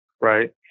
right